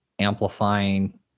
amplifying